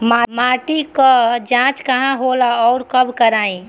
माटी क जांच कहाँ होला अउर कब कराई?